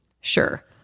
Sure